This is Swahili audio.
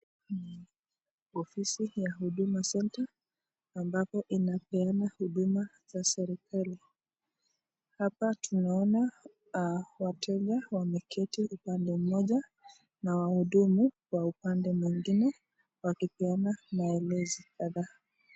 Ofisi ya huduma center ambapo inapeana huduma za serikali , hapa tunaona wateja wameketi upande moja na wahudumu kwa upande mwingine wakipeana maelezo kadhaa.